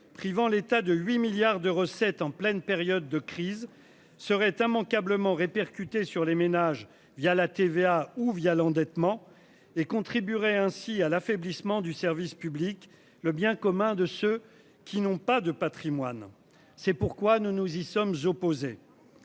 privant l'État de 8 milliards de recettes en pleine période de crise serait immanquablement répercuté sur les ménages via la TVA ou via l'endettement et contribuerait ainsi à l'affaiblissement du service public. Le bien commun de ceux qui n'ont pas de Patrimoine. C'est pourquoi nous nous y sommes opposés.--